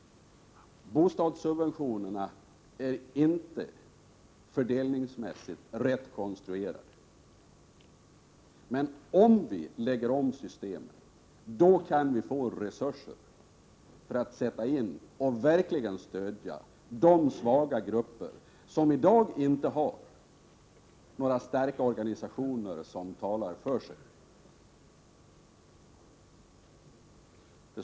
Bostadssubventionerna är inte fördelningsmässigt rätt konstruerade. Men om vi lägger om systemet kan vi få resurser att verkligen stödja de svaga grupper som i dag inte har några starka organisationer som talar för dem.